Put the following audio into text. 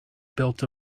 built